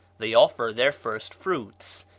they offer their first-fruits,